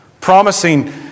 promising